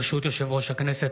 ברשות יושב-ראש הכנסת,